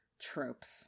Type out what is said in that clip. tropes